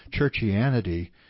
churchianity